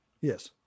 Yes